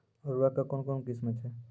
उर्वरक कऽ कून कून किस्म छै?